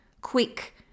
quick